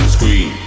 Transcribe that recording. Screen